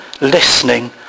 listening